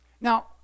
Now